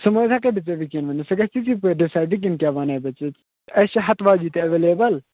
سُہ مہٕ حظ ہیٚکٕے بہٕ ژےٚ وُنکیٚن ؤنِتھ سُہ گَژھِ ژےٚ ڈِسایِڈ وُنکیٚن کیٛاہ وَنےَ بہٕ ژےٚ اَسہِ چھ ہَتھ واجیٚنۍ تہِ ایٚویلیبٕل